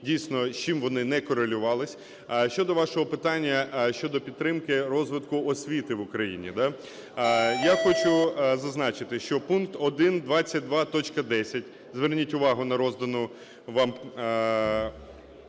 дійсно, з чим вони не корелювалися. Щодо вашого питання, щодо підтримки розвитку освіти в Україні. Я хочу зазначити, що пункт 122.10, зверніть увагу на роздану вам